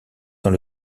dans